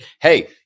hey